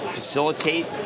facilitate